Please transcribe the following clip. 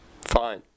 Fine